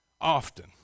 often